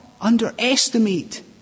underestimate